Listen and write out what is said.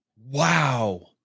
Wow